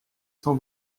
cent